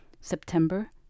September